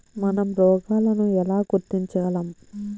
మనం రోగాలను ఎలా గుర్తించగలం?